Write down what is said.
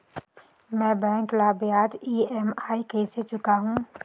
मैं बैंक ला ब्याज ई.एम.आई कइसे चुकाहू?